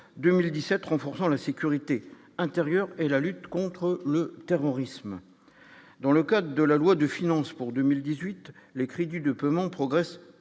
2017 renforçant la sécurité intérieure et la lutte contre le terrorisme dans le cadre de la loi de finances pour 2018, les crédits de peu manque progresse